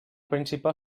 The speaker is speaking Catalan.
principal